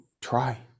try